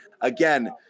again